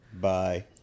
Bye